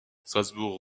strasbourg